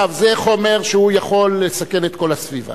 זה חומר שיכול לסכן את כל הסביבה,